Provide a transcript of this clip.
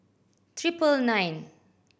triple nine